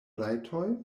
rajtoj